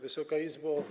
Wysoka Izbo!